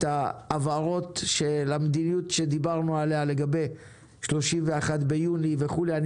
את ההבהרות על המדיניות שדיברנו עליה לגבי 30 ביוני וכולי אני